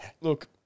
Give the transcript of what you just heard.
Look